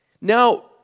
Now